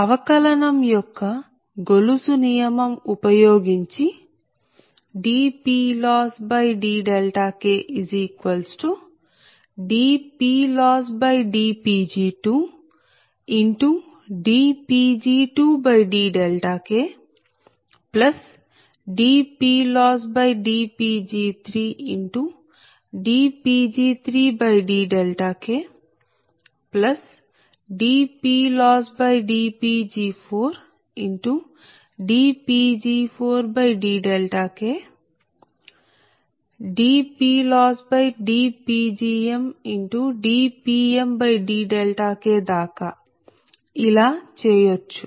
అవకలనం యొక్క గొలుసు నియమం ఉపయోగించి dPLossdKdPLossdPg2dPg2dKdPLossdPg3dPg3dKdPLossdPg4dPg4dKdPLossdPgmdPmdK ఇలా చేయొచ్చు